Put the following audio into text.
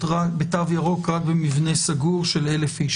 בתו ירוק רק במבנה סגור של 1,000 איש.